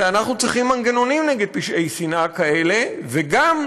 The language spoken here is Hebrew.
ואנחנו צריכים מנגנונים נגד פשעי שנאה כאלה, וגם